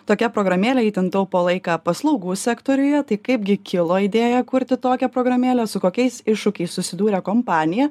tokia programėlė itin taupo laiką paslaugų sektoriuje tai kaipgi kilo idėja kurti tokią programėlę su kokiais iššūkiais susidūrė kompanija